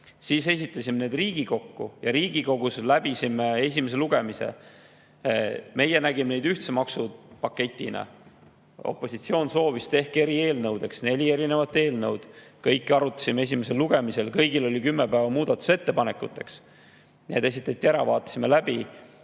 Siis esitasime need Riigikokku ja Riigikogus läbisime esimese lugemise. Meie nägime neid ühtse maksupaketina, opositsioon soovis eri eelnõusid, neli erinevat eelnõu. Kõiki arutasime esimesel lugemisel, kõigil oli kümme päeva muudatusettepanekuteks. Need esitati ära, vaatasime läbi.